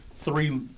three